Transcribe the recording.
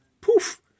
poof